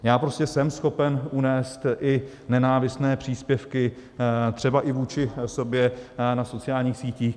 Já prostě jsem schopen unést i nenávistné příspěvky třeba i vůči sobě na sociálních sítích.